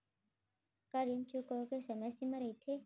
का ऋण चुकोय के समय सीमा रहिथे?